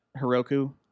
Heroku